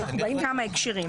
בכמה הקשרים.